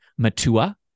Matua